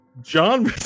John